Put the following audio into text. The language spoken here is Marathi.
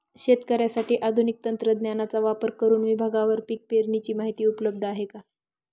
शेतकऱ्यांसाठी आधुनिक तंत्रज्ञानाचा वापर करुन विभागवार पीक पेरणीची माहिती उपलब्ध आहे का?